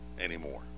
anymore